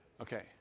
Okay